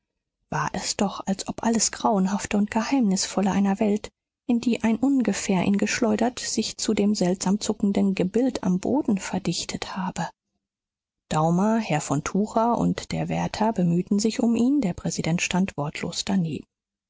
war es doch als ob alles grauenhafte und geheimnisvolle einer welt in die ein ungefähr ihn geschleudert sich zu dem seltsam zuckenden gebild am boden verdichtet habe daumer herr von tucher und der wärter bemühten sich um ihn der präsident stand wortlos